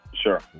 Sure